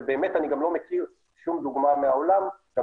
ובאמת אני לא מכיר שום דוגמה מהעולם גם